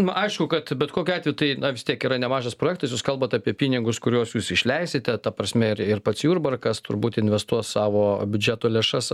m aišku kad bet kokiu atveju tai na vis tiek yra nemažas projektas jūs kalbat apie pinigus kuriuos jūs išleisite ta prasme ir ir pats jurbarkas turbūt investuos savo biudžeto lėšas